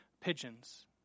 pigeons